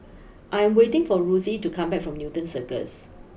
I'm waiting for Ruthie to come back from Newton Cirus